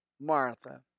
Martha